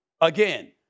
again